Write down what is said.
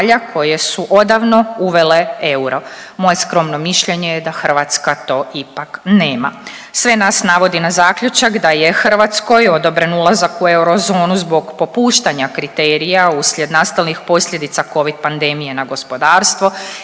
koje su odavno uvele euro. Moje skromno mišljenje je da Hrvatska to ipak nema. Sve nas navodi na zaključak da je Hrvatskoj odobren ulazak u eurozonu zbog popuštanja kriterija uslijed nastalih posljedica covid pandemije na gospodarstvo